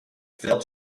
fell